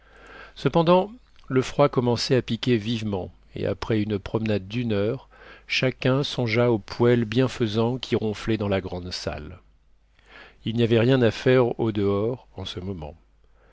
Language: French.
cependant le froid commençait à piquer vivement et après une promenade d'une heure chacun songea au poêle bienfaisant qui ronflait dans la grande salle il n'y avait rien à faire au-dehors en ce moment